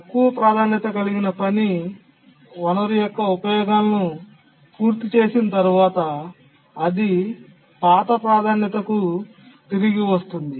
తక్కువ ప్రాధాన్యత కలిగిన పని వనరు యొక్క ఉపయోగాలను పూర్తి చేసిన తర్వాత అది పాత ప్రాధాన్యతకు తిరిగి వస్తుంది